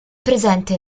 presente